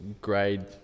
grade